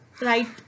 right